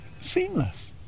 seamless